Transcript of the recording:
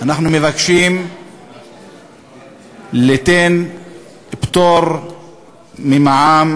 אנחנו מבקשים ליתן פטור ממע"מ